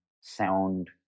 sound